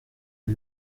est